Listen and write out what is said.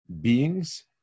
beings